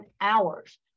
hours